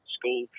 School